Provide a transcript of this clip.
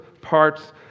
parts